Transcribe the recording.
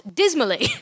dismally